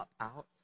out